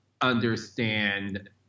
understand